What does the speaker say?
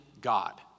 God